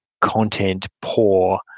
content-poor